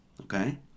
Okay